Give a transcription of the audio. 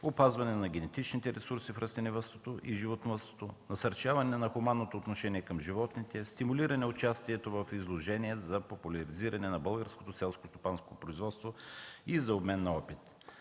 опазване на генетичните ресурси в растениевъдството и животновъдството, насърчаване на хуманното отношение към животните, стимулиране участието в изложения за популяризиране на българското селско стопанско производство и за обмен на опит.